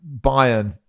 Bayern